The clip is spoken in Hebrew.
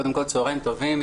צהריים טובים,